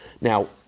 Now